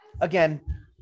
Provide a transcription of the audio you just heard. again